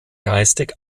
geistig